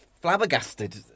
flabbergasted